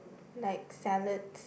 like salads